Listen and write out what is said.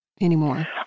anymore